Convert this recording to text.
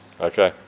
Okay